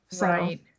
Right